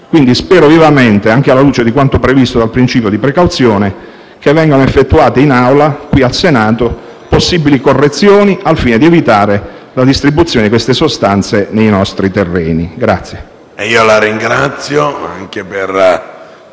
Paese. Spero vivamente, quindi, anche alla luce di quanto previsto dal principio di precauzione, che vengano effettuate qui in Assemblea, al Senato, possibili correzioni, al fine di evitare la distribuzione di queste sostanze nei nostri terreni. Chiedo